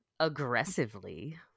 aggressively